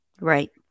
Right